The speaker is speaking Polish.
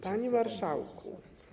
Panie Marszałku!